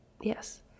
Yes